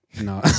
No